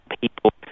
people